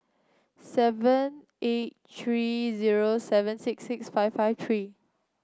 seven eight three zero seven six six five five three